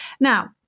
Now